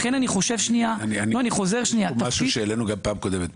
יש פה משהו שהעלינו גם בפעם הקודמת.